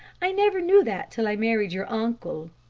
i never knew that till i married your uncle.